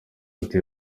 ati